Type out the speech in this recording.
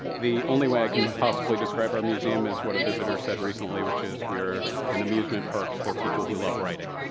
the only way i can possibly describe our museum is what a visitor said recently which is we are an amusement park for people who love writing